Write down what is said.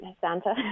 Santa